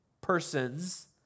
persons